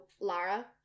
Lara